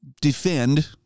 defend